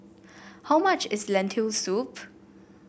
how much is Lentil Soup